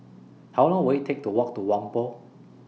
How Long Will IT Take to Walk to Whampoa